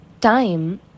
time